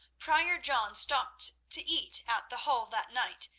prior john stopped to eat at the hall that night,